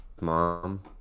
mom